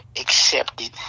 accepted